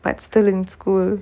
but still in school